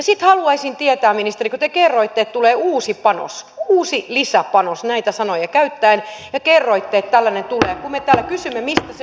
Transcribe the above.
sitten haluaisin tietää ministeri kun te kerroitte että tulee uusi panos uusi lisäpanos näitä sanoja käyttäen ja kerroitte että tällainen tulee niin kun me täällä kysyimme mistä se on selvisi että te leikkasitte koulutuksesta jotta